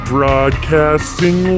Broadcasting